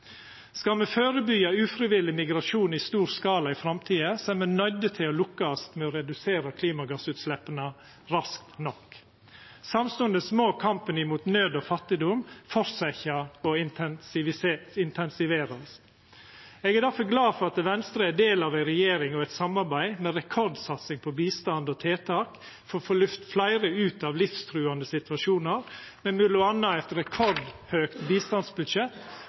Skal me førebyggja ufrivillig migrasjon i stor skala i framtida, er me nøydde til å lukkast med å redusera klimagassutsleppa raskt nok. Samstundes må kampen mot nød og fattigdom fortsetja og intensiverast. Eg er difor glad for at Venstre er del av ei regjering og eit samarbeid med rekordsatsing på bistand og tiltak for å få lyfta fleire ut av livstruande situasjonar, med m.a. eit rekordhøgt bistandsbudsjett